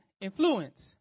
influence